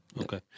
Okay